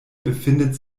befindet